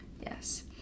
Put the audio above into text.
Yes